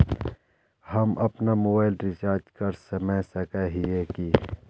हम अपना mobile recharge कर सकय हिये की?